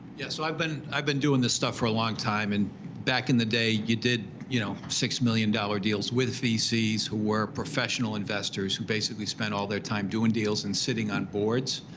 yeah, so i've been i've been doing this stuff for a long time. and back in the day, you did you know six million dollars deals with vcs who were professional investors, who basically spent all their time doing deals and sitting on boards.